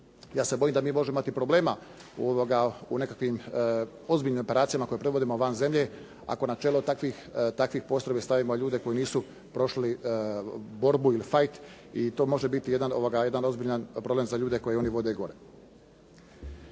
Ja se bojim da mi možemo imati problema u nekakvim ozbiljnim operacijama koje provodimo van zemlje, ako na čelo takvih postrojbi stavimo ljude koji nisu prošli borbu ili fight i to može biti jedan ozbiljan problem za ljude koje oni vode gore.